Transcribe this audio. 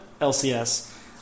LCS